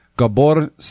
Gabor